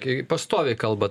kai pastoviai kalba